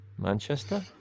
Manchester